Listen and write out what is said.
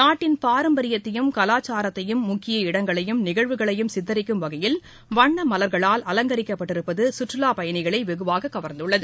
நாட்டின் பாரம்பரியத்தையும் கலாச்சாரத்தையும் முக்கிய இடங்களையும் நிகழ்வுகளையும் சித்தரிக்கும் வகையில் வண்ண மலர்களால் அலங்கரிக்கப்பட்டிருப்பது சுற்றுலாப் பயனிகளை வெகுவாக கவர்ந்துள்ளது